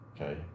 Okay